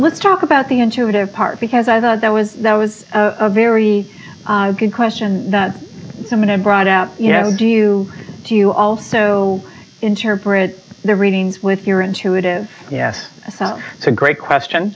let's talk about the intuitive part because i thought that was that was a very good question some of it brought out you know do you do you also interpret the readings with your intuitive yes it's a great question